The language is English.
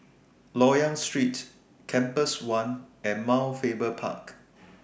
Loyang Street Compass one and Mount Faber Park